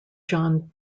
john